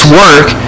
work